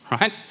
right